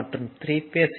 மற்றும் 3 phase A